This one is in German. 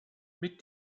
mit